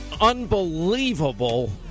unbelievable